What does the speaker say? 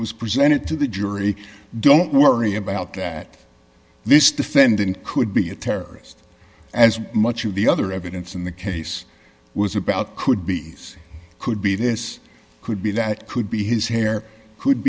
was presented to the jury don't worry about that this defendant could be a terrorist as much of the other evidence in the case was about could be could be this could be that could be his hair could